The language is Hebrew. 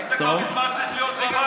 היית כבר מזמן צריך להיות בבית.